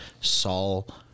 Saul